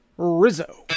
Rizzo